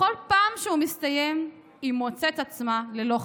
בכל פעם שהוא מסתיים היא מוצאת עצמה ללא חשמל".